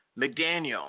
McDaniel